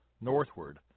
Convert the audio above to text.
northward